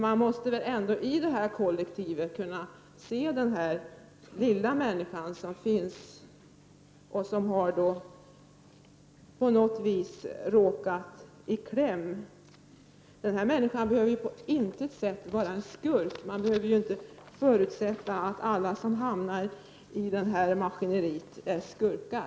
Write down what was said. Man måste väl i det här kollektivet kunna se den lilla människan, som på något sätt har råkat i kläm. Den här människan behöver inte alltid vara en skurk. Man behöver inte förutsätta att alla som hamnar i maskineriet är skurkar.